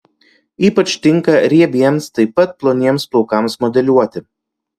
ypač tinka riebiems taip pat ploniems plaukams modeliuoti